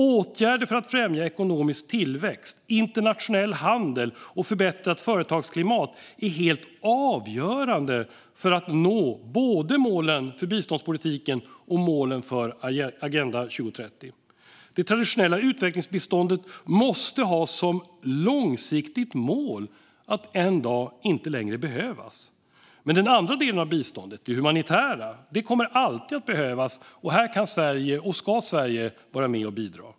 Åtgärder för att främja ekonomisk tillväxt, internationell handel och ett förbättrat företagsklimat är helt avgörande för att nå både målen för biståndspolitiken och målen för Agenda 2030. Det traditionella utvecklingsbiståndet måste ha som långsiktigt mål att en dag inte längre behövas. Men den andra delen av biståndet, det humanitära, kommer alltid att behövas. Här kan och ska Sverige vara med och bidra.